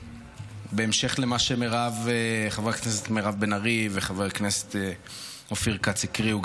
בהמשך למה שחברת הכנסת מירב בן ארי וחבר הכנסת אופיר כץ הקריאו,